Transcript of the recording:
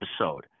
episode